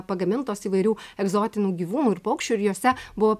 pagamintos įvairių egzotinių gyvūnų ir paukščių ir jose buvo